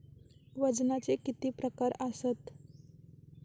वजनाचे किती प्रकार आसत?